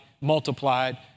multiplied